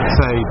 say